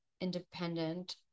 independent